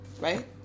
Right